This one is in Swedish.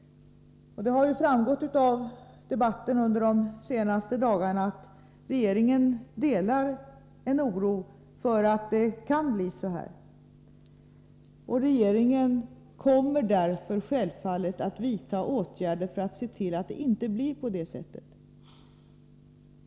Det har ju framgått av debatten under de senaste dagarna att regeringen delar en oro för att det kan bli så. Självfallet kommer regeringen därför att vidta åtgärder för att se till att det inte blir på det sättet.